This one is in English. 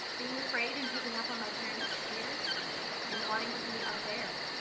being afraid and picking up on my parents' fears and wanting to be up there